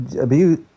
Abuse